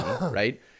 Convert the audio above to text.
right